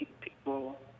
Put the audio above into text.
people